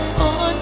on